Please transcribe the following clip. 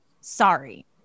Sorry